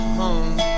home